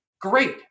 Great